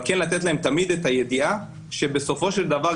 אבל לתת להם תמיד את הידיעה שבסופו של דבר,